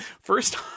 first